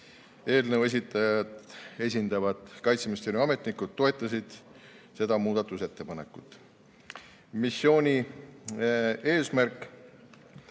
Eelnõu esitajat esindavad Kaitseministeeriumi ametnikud toetasid seda muudatusettepanekut. Missiooni põhieesmärk